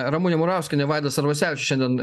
ramunė murauskienė vaidas arvasevičius šiandien